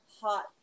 hot